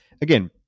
again